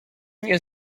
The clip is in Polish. nie